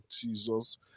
jesus